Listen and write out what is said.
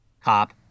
cop